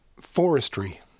forestry